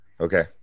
Okay